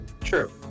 true